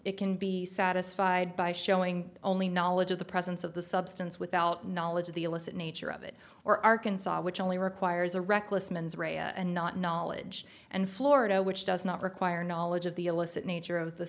it can be satisfied by showing only knowledge of the presence of the substance without knowledge of the illicit nature of it or arkansas which only requires a reckless mens reya and not knowledge and florida which does not require knowledge of the illicit nature of the